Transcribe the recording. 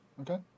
Okay